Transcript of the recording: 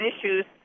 issues